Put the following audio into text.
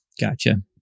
Gotcha